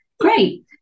Great